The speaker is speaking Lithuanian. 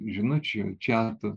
žinučių čiatų